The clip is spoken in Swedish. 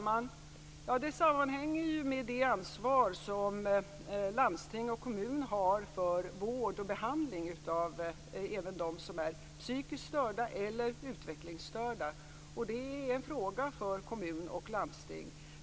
Fru talman! Det sammanhänger med det ansvar som landsting och kommun har för vård och behandling även av dem som är psykiskt störda eller utvecklingsstörda. Det är en fråga för kommun och landsting.